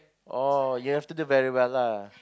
oh you have to do very well lah